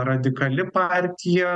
radikali partija